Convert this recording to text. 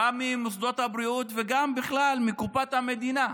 גם ממוסדות הבריאות וגם בכלל מקופת המדינה.